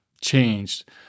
changed